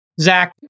Zach